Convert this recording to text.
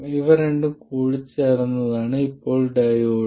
ഇവ രണ്ടും കൂടിച്ചേർന്നതാണ് ഇപ്പോൾ ഡയോഡ്